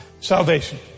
Salvation